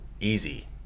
easy